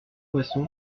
poisson